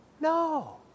No